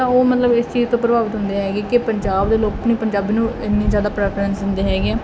ਤਾਂ ਉਹ ਮਤਲਬ ਇਸ ਚੀਜ਼ ਤੋਂ ਪ੍ਰਭਾਵਿਤ ਹੁੰਦੇ ਹੈਗੇ ਕਿ ਪੰਜਾਬ ਦੇ ਲੋਕ ਨੇ ਪੰਜਾਬੀ ਨੂੰ ਇੰਨੀ ਜ਼ਿਆਦਾ ਪ੍ਰੈਫਰੈਂਸ ਦਿੰਦੇ ਹੈਗੇ ਆ